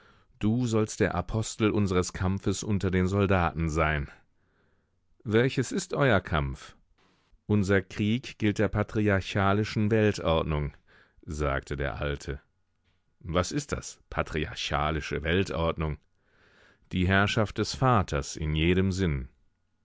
du sollst der apostel unseres kampfes unter den soldaten sein welches ist euer kampf unser krieg gilt der patriarchalischen weltordnung sagte der alte was ist das patriarchalische weltordnung die herrschaft des vaters in jedem sinn